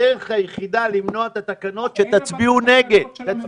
הדרך היחידה למנוע את התקנות היא שתצביעו נגד.